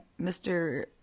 Mr